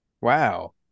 Wow